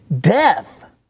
Death